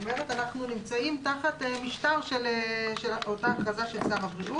זאת אומרת אנחנו נמצאים תחת משטר של אותה ההכרזה של שר הבריאות.